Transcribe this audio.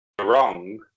wrong